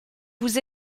vous